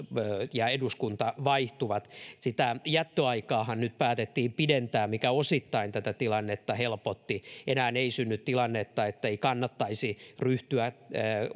ja eduskunta vaihtuvat sitä jättöaikaahan nyt päätettiin pidentää mikä osittain tätä tilannetta helpotti enää ei synny tilannetta ettei kannattaisi ryhtyä